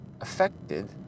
affected